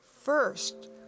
First